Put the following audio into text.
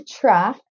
track